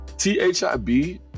T-H-I-B